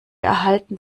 erhalten